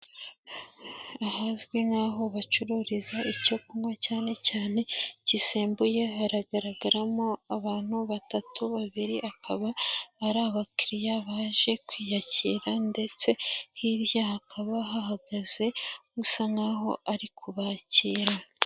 Ahazwi nk'aho bacururiza icyo kunywa cyane cyane gisembuye, haragaragaramo abantu batatu, babiri akaba ari abakiriya baje kwiyakira ndetse hirya hakaba hahagaze usa nkaho ari kubakira.